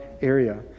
area